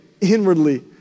inwardly